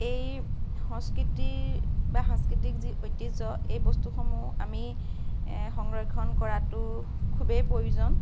এই সংস্কৃতি বা সাংস্কৃতিক যি ঐতিহ্য এই বস্তুসমূহ আমি সংৰক্ষণ কৰাটো খুবেই প্ৰয়োজন